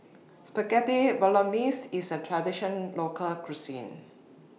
Spaghetti Bolognese IS A Traditional Local Cuisine